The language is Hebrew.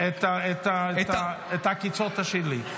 את העקיצות תשאיר לי.